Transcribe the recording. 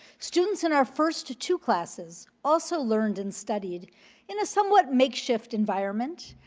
students in our first two classes also learned and studied in a somewhat makeshift environment,